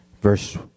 verse